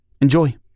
Enjoy